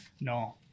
No